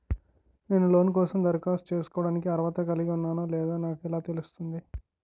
నేను లోన్ కోసం దరఖాస్తు చేసుకోవడానికి అర్హత కలిగి ఉన్నానో లేదో నాకు ఎలా తెలుస్తుంది?